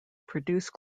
produce